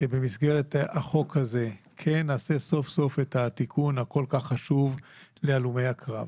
שבמסגרת החוק הזה כן נעשה סוף סוף את התיקון הכול כך חשוב להלומי הקרב.